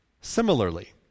Similarly